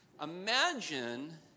Imagine